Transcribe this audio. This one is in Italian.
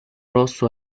rosso